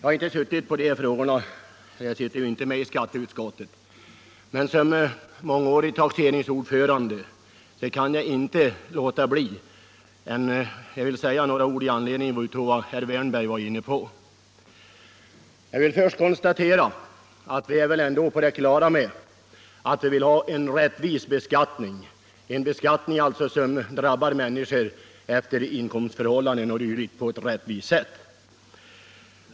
Herr talman! Jag sitter ju inte med i skatteutskottet, men som mångårig taxeringsnämndsordförande kan jag inte låta bli att säga några ord i anledning av vad herr Wärnberg var inne på. Först vill jag konstatera att vi ändå är på det klara med att vi vill ha en rättvis beskattning, alltså en beskattning som drabbar människor efter inkomstförhållanden o. d. på ett rättvist sätt.